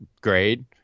grade